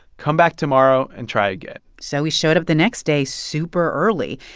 come back tomorrow and try again so he showed up the next day super early,